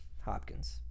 Hopkins